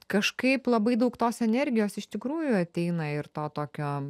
kažkaip labai daug tos energijos iš tikrųjų ateina ir to tokio